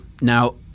now